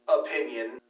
opinion